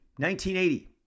1980